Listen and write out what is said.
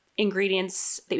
ingredients